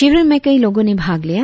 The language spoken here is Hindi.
शिविर में कई लोगों ने भाग लिया